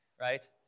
right